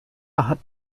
hat